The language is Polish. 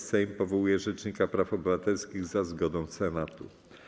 Sejm powołuje rzecznika praw obywatelskich za zgodą Senatu.